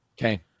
Okay